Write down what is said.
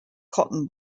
cotton